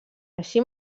així